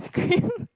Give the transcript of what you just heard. cream